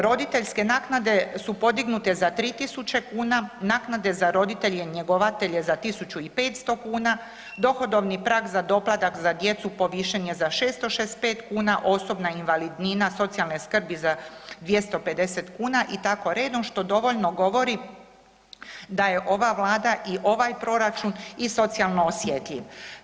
Roditeljske naknade su podignute za 3000 kuna, naknade za roditelje njegovatelje za 1500 kuna, dohodovni prag za doplatak za djecu povišen je za 665 kuna, osobna invalidnina socijalne skrbi za 250 kuna i tako redom, što dovoljno govori da je ova vlada i ovaj proračun i socijalno osjetljiv.